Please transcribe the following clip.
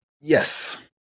Yes